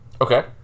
Okay